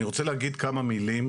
אני רוצה להגיד כמה מילים,